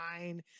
nine